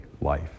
life